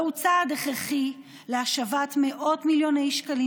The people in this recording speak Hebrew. זהו צעד הכרחי להשבת מאות מיליוני שקלים